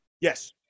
Yes